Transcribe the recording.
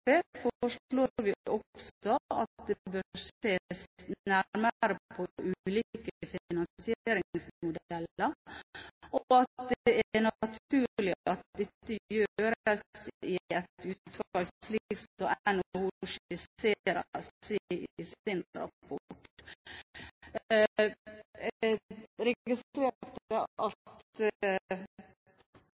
at det bør ses nærmere på ulike finansieringsmodeller, og at det er naturlig at dette gjøres i et utvalg, slik som NHO skisserer i sin rapport. Jeg